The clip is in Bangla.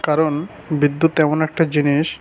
কারণ বিদ্যুৎ এমন একটা জিনিস